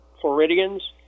Floridians